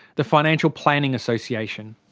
the financial planning association.